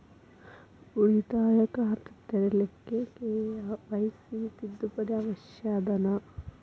ಉಳಿತಾಯ ಖಾತೆ ತೆರಿಲಿಕ್ಕೆ ಕೆ.ವೈ.ಸಿ ತಿದ್ದುಪಡಿ ಅವಶ್ಯ ಅದನಾ?